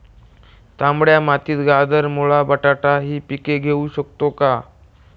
तांबड्या मातीत गाजर, मुळा, बटाटा हि पिके घेऊ शकतो का?